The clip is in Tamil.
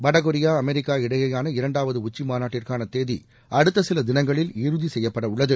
வடகொரியா அமெரிக்கா இடையேயான இரண்டாவது உச்சி மாநாட்டிற்கான தேதி அடுத்த சில தினங்களில் இறுதி செய்யப்பட உள்ளது